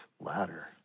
ladder